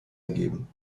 ergeben